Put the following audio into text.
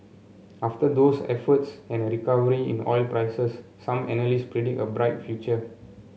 after those efforts and a recovery in oil prices some analysts predict a bright future